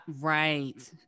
right